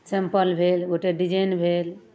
simple भेल गोटे design भेल